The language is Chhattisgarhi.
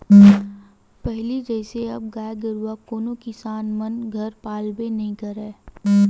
पहिली जइसे अब गाय गरुवा कोनो किसान मन घर पालबे नइ करय